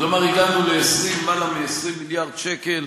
כלומר הגענו ללמעלה מ-20 מיליארד שקל,